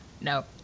No